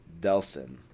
delson